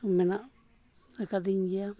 ᱢᱮᱱᱟᱜ ᱟᱠᱟᱫᱤᱧ ᱜᱮᱭᱟ